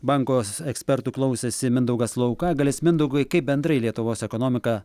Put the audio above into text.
banko ekspertų klausėsi mindaugas laukagalis mindaugui kaip bendrai lietuvos ekonomiką